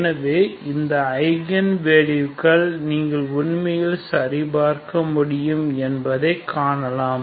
எனவே இந்த ஐகன் வேல்யூகள் நீங்கள் உண்மையில் சரிபார்க்க முடியும் என்பதை காணலாம்